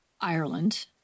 Ireland